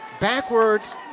Backwards